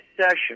session